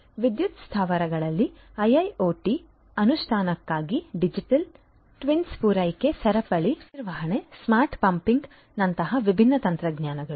ಆದ್ದರಿಂದ ವಿದ್ಯುತ್ ಸ್ಥಾವರಗಳಲ್ಲಿ IIoT ಅನುಷ್ಠಾನಕ್ಕಾಗಿ ಡಿಜಿಟಲ್ ಟ್ವಿನ್ಸ್ ಪೂರೈಕೆ ಸರಪಳಿ ನಿರ್ವಹಣೆ ಸ್ಮಾರ್ಟ್ ಪಂಪಿಂಗ್ ನಂತಹ ವಿಭಿನ್ನ ತಂತ್ರಜ್ಞಾನಗಳು